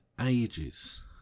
ages